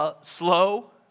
slow